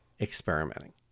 experimenting